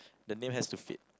the name has to fit